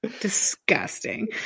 Disgusting